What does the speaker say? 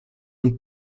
und